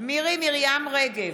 מירי מרים רגב,